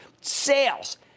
Sales